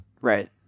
Right